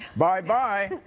bye-bye.